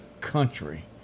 country